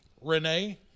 Renee